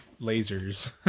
lasers